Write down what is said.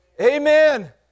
Amen